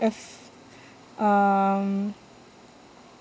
if um